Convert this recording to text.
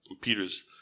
Peter's